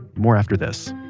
more after this